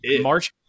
March